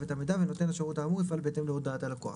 את המידע ונותן השירות האמור יפעל בהתאם להודעת הלקוח,